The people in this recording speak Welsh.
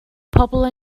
pobl